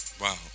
Wow